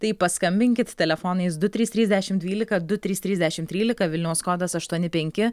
tai paskambinkit telefonais du trys trys dešimt dvylika du trys trys dešimt trylika vilniaus kodas aštuoni penki